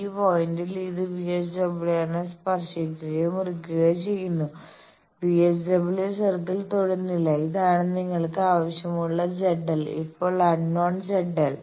ഈ പോയിന്റിൽ ഇത് VSWR നെ സ്പർശിക്കുകയോ മുറിക്കുകയോ ചെയ്യുന്നു VSWR സർക്കിളിൽ തൊടുന്നില്ല ഇതാണ് നിങ്ങൾക്ക് ആവശ്യമുള്ള ZL ഇപ്പോൾ അൺനോൺ ZL